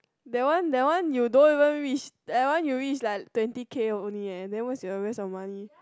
that one that one you don't even reach that one you reach like twenty K only eh then where's your rest of your money